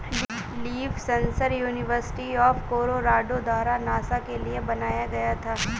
leaf sensor university of Colorado द्वारा NASA के लिए बनाया गया था